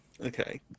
Okay